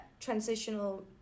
transitional